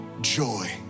joy